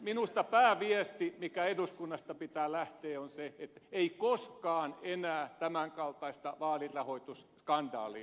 minusta pääviesti minkä eduskunnasta pitää lähteä on se että ei koskaan enää tämänkaltaista vaalirahoitusskandaalia